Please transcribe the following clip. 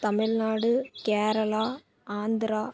Tamil Nadu Kerala Andhra